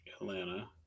Atlanta